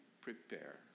prepare